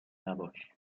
نباش